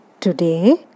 today